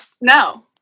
no